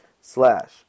slash